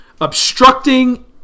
obstructing